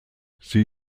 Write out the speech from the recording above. sie